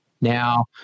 Now